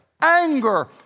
anger